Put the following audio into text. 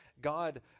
God